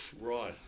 Right